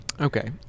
okay